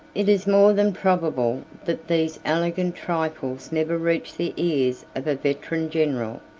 it is more than probable, that these elegant trifles never reached the ears of a veteran general,